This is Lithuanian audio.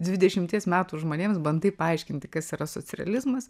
dvidešimties metų žmonėms bandai paaiškinti kas yra socrealizmas